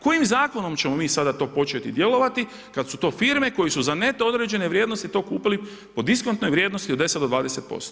Kojim zakonom ćemo mi sada to početi djelovati kad su to firme koje su za neto određene vrijednosti to kupili po diskontnoj vrijednosti od 10-20%